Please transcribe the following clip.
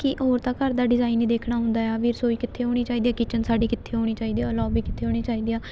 ਕਿ ਹੋਰ ਤਾਂ ਘਰ ਦਾ ਡਿਜ਼ਾਈਨ ਹੀ ਦੇਖਣਾ ਹੁੰਦਾ ਏ ਆ ਵੀ ਰਸੋਈ ਕਿੱਥੇ ਹੋਣੀ ਚਾਹੀਦੀ ਆ ਕਿਚਨ ਸਾਡੀ ਕਿੱਥੇ ਹੋਣੀ ਚਾਹੀਦੀ ਆ ਲੋਬੀ ਕਿੱਥੇ ਹੋਣੀ ਚਾਹੀਦੀ ਆ